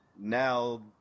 now